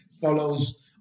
follows